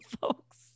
folks